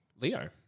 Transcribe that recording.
Leo